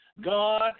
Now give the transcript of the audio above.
God